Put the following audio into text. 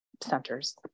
centers